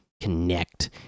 connect